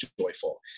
joyful